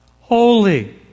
Holy